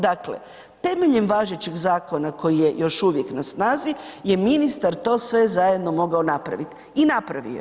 Dakle, temeljem važećih zakona koji je još uvijek na snazi je ministar to sve zajedno mogao napraviti i napravio je.